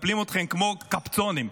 מקפלים אתכם כמו קפצונים.